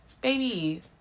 Baby